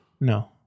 No